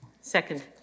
Second